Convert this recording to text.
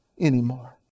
anymore